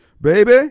baby